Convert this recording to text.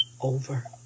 over